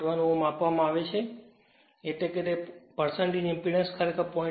1 આપવામાં આવે છે એટલે કે ઇંપેડન્સ ખરેખર 0